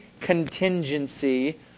contingency